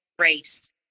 race